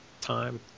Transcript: time